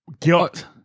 guilt